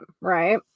right